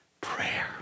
Prayer